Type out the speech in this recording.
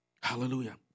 Hallelujah